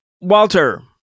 Walter